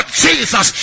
jesus